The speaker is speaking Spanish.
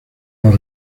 los